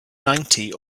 ninety